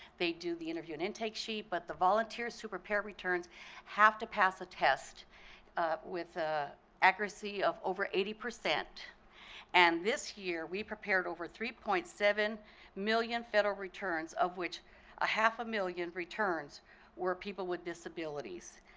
they do the interview and intake sheet. but the volunteers who prepare returns have to pass a test with ah accuracy of over eighty. and this year, we prepared over three point seven million federal returns of which a half-a-million returns were people with disabilities.